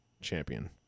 champion